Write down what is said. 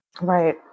right